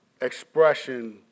expression